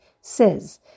says